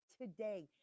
today